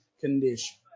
condition